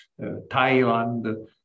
Thailand